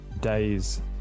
days